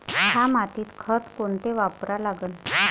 थ्या मातीत खतं कोनचे वापरा लागन?